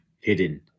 hidden